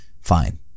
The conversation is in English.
fine